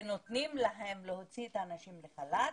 ונותנים להם להוציא את הנשים לחל"ת,